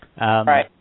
Right